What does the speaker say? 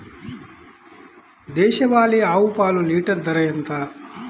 దేశవాలీ ఆవు పాలు లీటరు ధర ఎంత?